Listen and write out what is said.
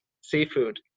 seafood